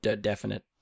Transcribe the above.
definite